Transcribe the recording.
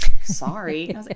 sorry